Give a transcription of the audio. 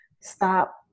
stop